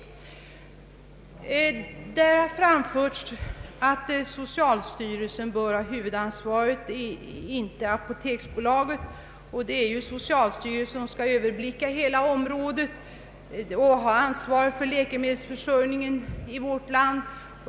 I dessa motioner framföres förslag om att socialstyrelsen och inte apoteksbolaget bör ha ansvaret för detta område. Det är socialstyrelsen som skall överblicka och ha ansvaret för läkemedelsförsörjningen i vårt land.